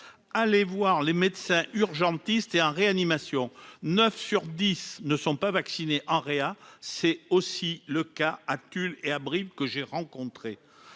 allez voir les médecins urgentistes et en réanimation, 9 sur 10 ne sont pas vaccinés en réa, c'est aussi le cas à Tulle et à Brives, que j'ai rencontrés,